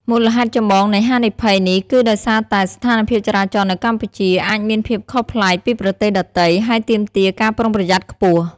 មូលហេតុចម្បងនៃហានិភ័យនេះគឺដោយសារតែ ស្ថានភាពចរាចរណ៍នៅកម្ពុជា អាចមានភាពខុសប្លែកពីប្រទេសដទៃ ហើយទាមទារការប្រុងប្រយ័ត្នខ្ពស់។